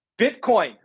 Bitcoin